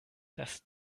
das